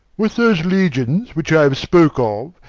with those legions which i have spoke of,